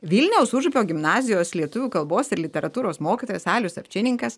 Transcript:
vilniaus užupio gimnazijos lietuvių kalbos ir literatūros mokytojas alius avčininkas